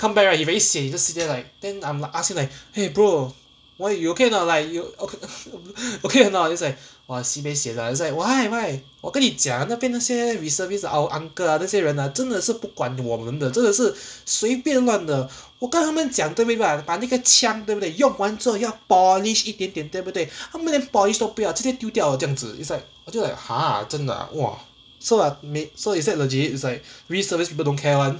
come back right you very seh just sit there like then I'm ask him like !hey! bro why you okay like you okay or not then he's like !wah! sibei sian lah he's like why why 我跟你讲那边那些 reservists our uncle ah 那些人 ah 真的是不关我们的真的是随便乱的我跟他们讲对明白把那个枪对不对用完之后要 polish 一点点对不对他们连 polish 都不要直接丢掉了这样子 it's like 我就 like !huh! 真的 ah !wah! or so I've made so is that legit is like reservice people don't care [one]